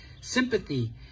sympathy